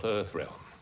Earthrealm